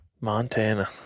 montana